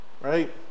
right